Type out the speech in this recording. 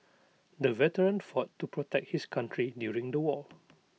the veteran fought to protect his country during the war